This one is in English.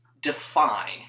define